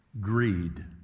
Greed